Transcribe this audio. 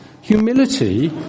humility